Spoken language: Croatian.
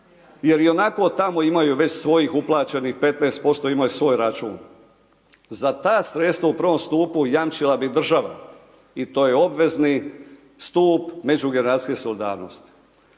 jer ionako tamo već imaju svojih uplaćenih 15%, imaju svoj račun. Za ta sredstva u prvom stupu jamčila bi država i to je obvezni stup međugeneracijske solidarnosti.